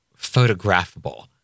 photographable